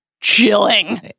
Chilling